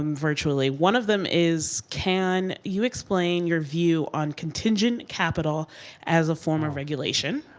um virtually. one of them is can you explain your view on contingent capital as a form of regulation?